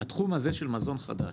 התחום הזה של מזון חדש,